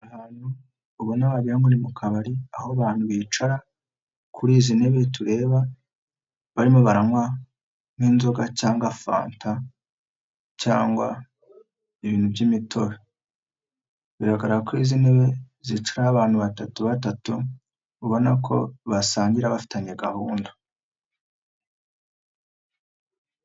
Ahantu ubona wagira ngo uri mu kabari, aho abantu bicara kuri izi ntebe tureba, barimo baranywa nk'inzoga cyangwa fanta cyangwa ibintu by'imitobe. Biragaragara ko izi ntebe zicaraho abantu batatu batatu, ubona ko basangira bafitanye gahunda.